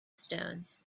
stones